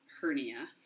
hernia